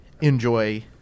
enjoy